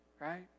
Right